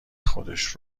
خودش